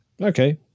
okay